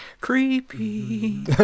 Creepy